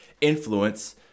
influence